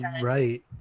right